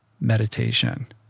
meditation